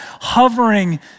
hovering